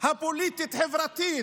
הפוליטית-חברתית